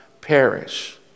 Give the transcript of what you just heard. perish